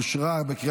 לוועדה שתקבע